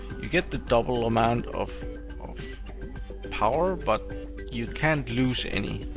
you get the double amount of of power, but you can't lose any,